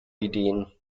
ideen